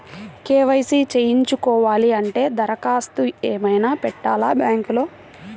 KYC చేయించుకోవాలి అంటే దరఖాస్తు ఏమయినా పెట్టాలా బ్యాంకులో?